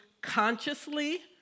consciously